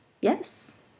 yes